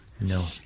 No